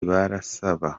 barasaba